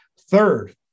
Third